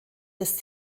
des